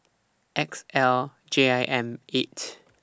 X L J I M eight